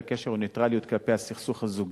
הקשר הוא נייטרליות כלפי הסכסוך הזוגי.